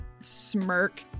smirk